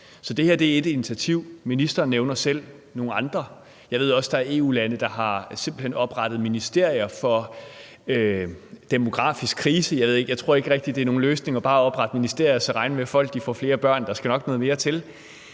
Så det her er ét initiativ; ministeren nævner selv nogle andre. Jeg ved også, at der er EU-lande, der simpelt hen har oprettet ministerier for demografisk krise. Jeg tror ikke rigtig, det er nogen løsning bare at oprette ministerier og så regne med, at folk får flere børn, for der skal nok noget mere til.